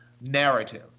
narrative